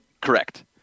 Correct